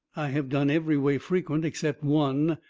have done every way frequent, except one.